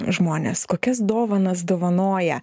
žmonės kokias dovanas dovanoja